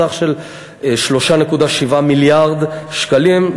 בסך 3.7 מיליארד שקלים,